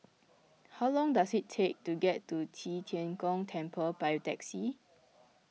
how long does it take to get to Qi Tian Gong Temple by taxi